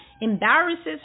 embarrasses